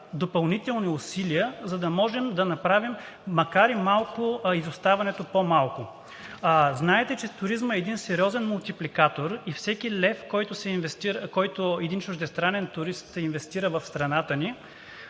допълнителни усилия, за да можем да направим, макар и малко, изоставането по-малко. Знаете, че туризмът е един сериозен мултипликатор и всеки лев, който един чуждестранен турист инвестира в страната ни,